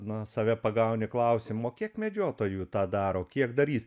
na save pagauni klausim o kiek medžiotojų tą daro kiek darys